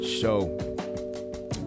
show